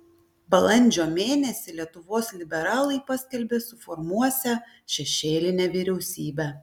balandžio mėnesį lietuvos liberalai paskelbė suformuosią šešėlinę vyriausybę